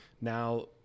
now